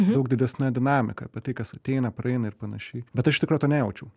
daug didesne dinamika apie tai kas ateina praeina ir panašiai bet aš iš tikro to nejaučiau